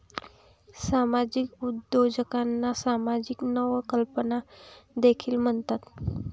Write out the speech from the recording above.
सामाजिक उद्योजकांना सामाजिक नवकल्पना देखील म्हणतात